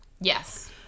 Yes